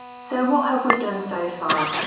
so what have we done so far?